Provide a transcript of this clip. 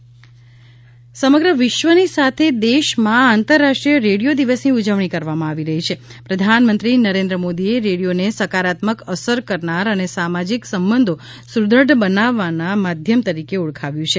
વિશ્વ રેડિયો દિવસ સમગ્ર વિશ્વની સાથે દેશમાં આંતરરાષ્ટ્રીય રેડિયો દિવસની ઉજવણી કરવામાં આવી રહી છીં પ્રધાનમંત્રી નરેન્દ્ર મોદીએ રેડિયોને સકારાત્મક અસર કરનાર અને સામાજીક સંબંધો સુ વ્રઢ બનાવના માધ્યમ તરીકે ઓળખાવ્યું છે